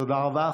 תודה רבה.